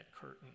curtain